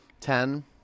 Ten